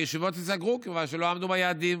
הישיבות ייסגרו מכיוון שלא עמדו ביעדים.